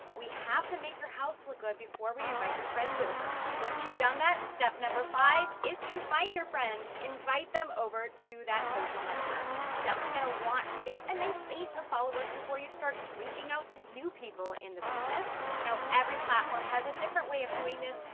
we have to make your house look good before we invite your friends over. once you've done that step number five, is to find your friends, invite them over to that social network. you're definitely gonna want to get a nice base of followers before you start reaching out to new people in the business. now, every platform has a different way of doing this,